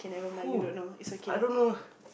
who I don't know